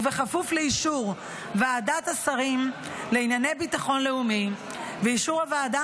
ובכפוף לאישור ועדת השרים לענייני ביטחון לאומי ואישור הוועדה